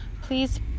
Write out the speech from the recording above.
Please